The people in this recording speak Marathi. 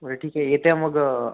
बरं ठीक आहे येत्या मग